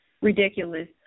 Ridiculous